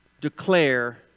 declare